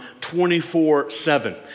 24-7